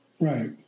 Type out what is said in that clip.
Right